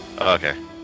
Okay